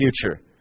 future